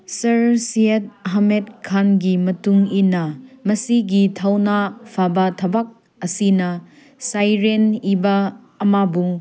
ꯁꯥꯔ ꯁꯤꯌꯦꯠ ꯍꯃꯦꯠꯈꯥꯟꯒꯤ ꯃꯇꯨꯡ ꯏꯟꯅ ꯃꯁꯤꯒꯤ ꯊꯧꯅꯥ ꯐꯕ ꯊꯕꯛ ꯑꯁꯤꯅ ꯁꯩꯔꯦꯡ ꯏꯕ ꯑꯃꯕꯨ